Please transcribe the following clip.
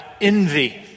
envy